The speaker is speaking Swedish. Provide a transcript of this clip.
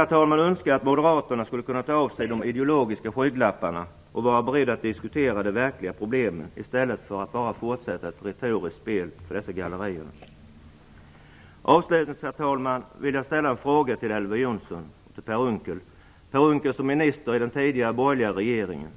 Jag skulle önska att moderaterna kunde ta av sig de ideologiska skygglapparna och vara beredda att diskutera de verkliga problemen i stället för att fortsätta ett retoriskt spel för gallerierna. Herr talman! Jag vill avslutningsvis ställa en fråga till Elver Jonsson och Per Unckel, som minister i den tidigare borgerliga regeringen.